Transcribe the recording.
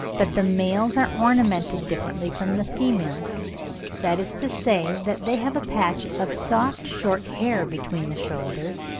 that the males are ornamented differently from the females that is to say, that they have a patch of soft short hair between the shoulders,